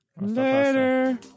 Later